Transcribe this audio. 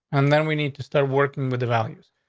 and then we need to start working with the values.